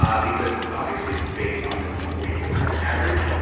um because obviously it's based on this forty four cent average.